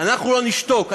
אנחנו לא נשתוק,